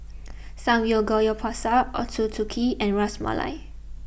Samgeyopsal Ochazuke and Ras Malai